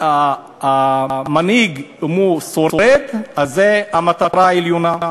אם המנהיג שורד, אז זאת המטרה העליונה.